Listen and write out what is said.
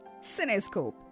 Cinescope